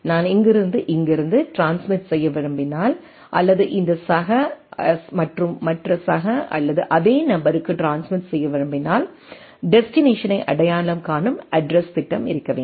நான் இங்கிருந்து இங்கிருந்து ட்ரான்ஸ்மிட் செய்ய விரும்பினால் அல்லது இந்த சக மற்ற சக அல்லது அதே நபருக்கு ட்ரான்ஸ்மிட் செய்ய விரும்பினால் டெஸ்டினேஷனை அடையாளம் காணும் அட்ரஸ்த் திட்டம் இருக்க வேண்டும்